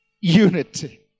unity